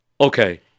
Okay